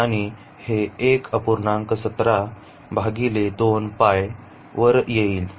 आणि हे 1 वर येईल